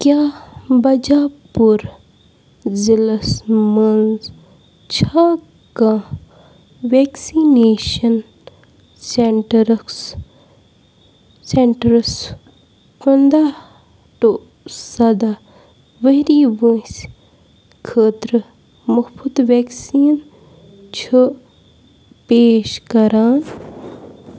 کیٛاہ بجا پوٗر ضِلعس مَنٛز چھا کانٛہہ وٮ۪کسِنیشن سینٹرٕس سینٹرَس پنٛداہ ٹُہ سَداہ ؤری وٲنٛسہِ خٲطرٕ مُفٕط وٮ۪کسیٖن چھُ پیش کران